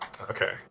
Okay